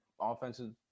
offensive